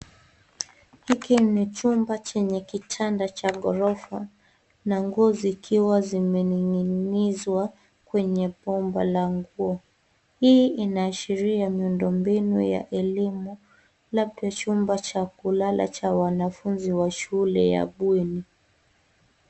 Hiki ni chumba chenye kitanda cha ghorofa na nguo zikiwa zimening'inizwa kwenye pomba la nguo. Hii inaashiria miundombinu ya elimu labda chumba cha kulala cha wanafunzi wa shule ya bweni.